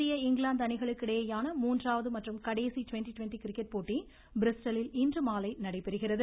இந்திய இங்கிலாந்து அணிகளுக்கு இடையேயான மூன்றாவது மற்றும் கடைசி ட்வெண்ட்டி ட்வெண்ட் கிரிக்கெட் போட்டி பிரிஸ்டலில் இன்றுமாலை நடைபெறுகிறது